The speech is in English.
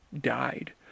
died